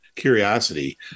Curiosity